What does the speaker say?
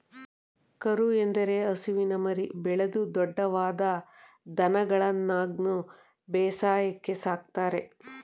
ಕರು ಎಂದರೆ ಹಸುವಿನ ಮರಿ, ಬೆಳೆದು ದೊಡ್ದವಾದ ದನಗಳನ್ಗನು ಬೇಸಾಯಕ್ಕೆ ಸಾಕ್ತರೆ